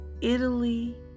Italy